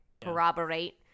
corroborate